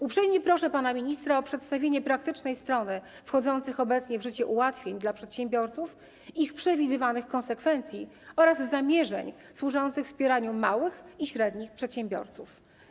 Uprzejmie proszę pana ministra o przedstawienie praktycznej strony wchodzących obecnie w życie ułatwień dla przedsiębiorców, ich przewidywanych konsekwencji oraz zamierzeń służących wspieraniu małych i średnich przedsiębiorców.